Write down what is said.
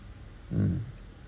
mm